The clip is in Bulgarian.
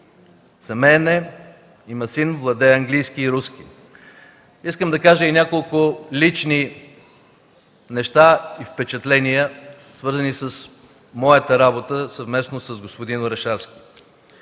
Семеен е, има син. Владее английски и руски език. Искам да кажа и няколко лични неща и впечатления, свързани с моята съвместна работа с господин Орешарски.